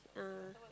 ah